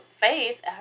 faith